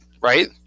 right